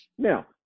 Now